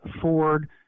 Ford